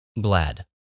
glad